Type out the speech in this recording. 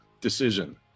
Decision